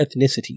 ethnicity